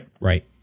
right